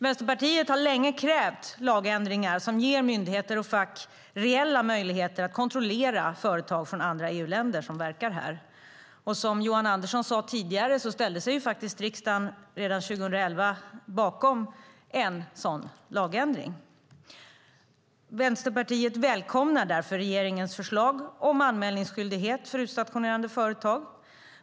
Vänsterpartiet har länge krävt lagändringar som ger myndigheter och fack reella möjligheter att kontrollera företag från andra EU-länder som verkar här. Som Johan Andersson sade tidigare ställde sig faktiskt riksdagen redan 2011 bakom en sådan lagändring. Vänsterpartiet välkomnar därför regeringens förslag om anmälningsskyldighet för utstationerande företag.